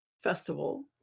festival